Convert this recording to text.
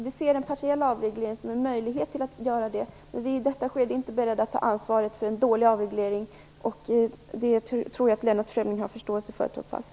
Vi ser en partiell avreglering som en möjlighet att göra det, men vi är i detta skede inte beredda att ta ansvaret för en dålig avreglering. Det tror jag att Lennart Fremling trots allt har förståelse för.